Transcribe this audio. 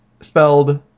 spelled